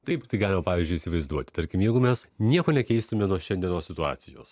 taip tai galima pavyzdžiui įsivaizduoti tarkim jeigu mes nieko nekeistume nuo šiandienos situacijos